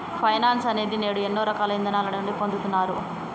finance అనేది నేడు ఎన్నో రకాల ఇదానాల నుండి పొందుతున్నారు